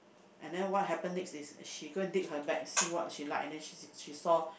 and then what happened next is she go and dig her bag see what she like and then she saw